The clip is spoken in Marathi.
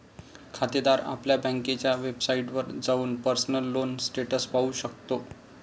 खातेदार आपल्या बँकेच्या वेबसाइटवर जाऊन पर्सनल लोन स्टेटस पाहू शकतो